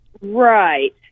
right